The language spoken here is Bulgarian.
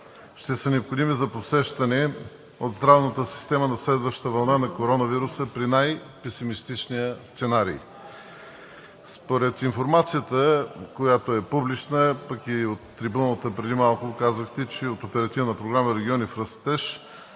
ще са необходими за посрещане от здравната система на следваща вълна на коронавируса при най-песимистичния сценарий. Според информацията, която е публична, пък и от трибуната преди малко казахте, че от Оперативна програма „Региони в растеж“